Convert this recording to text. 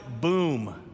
boom